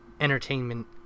entertainment